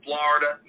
Florida